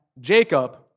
Jacob